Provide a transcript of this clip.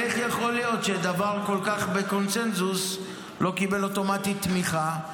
איך יכול להיות שדבר שכל כך בקונסנזוס לא קיבל אוטומטית תמיכה.